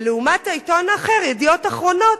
ולעומת העיתון האחר, "ידיעות אחרונות",